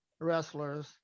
wrestlers